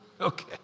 Okay